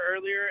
earlier